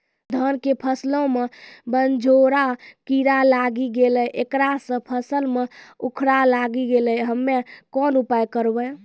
धान के फसलो मे बनझोरा कीड़ा लागी गैलै ऐकरा से फसल मे उखरा लागी गैलै हम्मे कोन उपाय करबै?